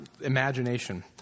imagination